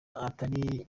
atari